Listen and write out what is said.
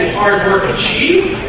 are dirt cheap